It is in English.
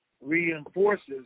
reinforces